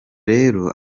rero